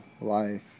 life